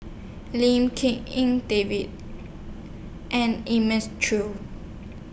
Lim King En David and Elim Chew